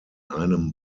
einem